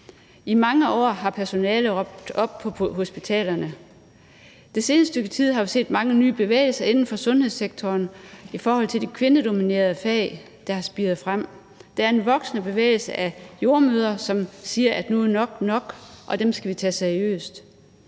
I mange år har personalet råbt op på hospitalerne. Det seneste stykke tid har vi set mange nye bevægelser spire frem inden for sundhedssektoren i forhold til de kvindedominerede fag. Der er en voksende bevægelse af jordemødre, som siger, at nu er nok nok, og dem skal vi tage seriøst.